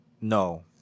No